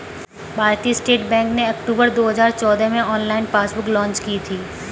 भारतीय state bank ने अक्टूबर दो हजार चौदह में ऑनलाइन पासबुक लॉन्च की थी